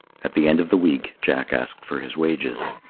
at the end of the week jack asked for his wages.